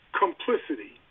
complicity